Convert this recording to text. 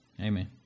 amen